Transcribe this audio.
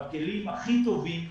בכלים הכי טובים,